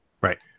Right